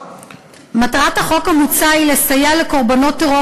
מטרת החוק המוצע היא לסייע לקורבנות טרור